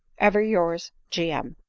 ever yours, g. m.